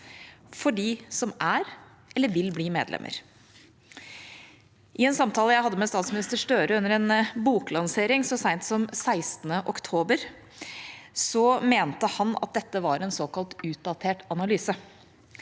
for dem som er eller vil bli medlemmer. I en samtale jeg hadde med statsminister Støre under en boklansering så sent som 16. oktober, mente han at dette var en såkalt utdatert analyse.